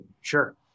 sure